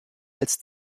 als